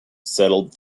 settled